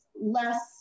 less